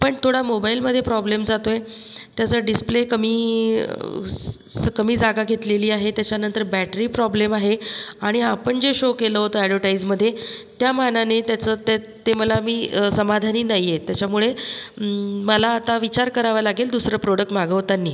पण थोडा मोबाईलमध्ये प्रॉब्लेम जातो आहे त्याचा डिस्प्ले कमी सं स कमी जागा घेतलेली आहे त्याच्यानंतर बॅटरी प्रॉब्लेम आहे आणि आपण जे शो केलं होतं ॲडवटाइजमध्ये त्यामानाने त्याचं ते ते मला मी समाधानी नाही आहे त्याच्यामुळे मला आता विचार करावा लागेल दुसरं प्रॉडक्ट मागवताना